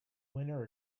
winner